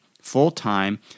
full-time